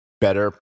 better